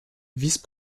vice